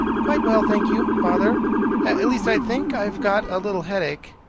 quite well, thank you, father at least, i think i've got a little headache.